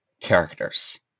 characters